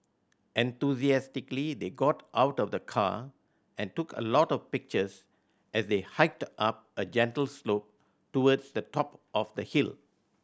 enthusiastically they got out of the car and took a lot of pictures as they hiked up a gentle slope towards the top of the hill